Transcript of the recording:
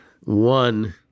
One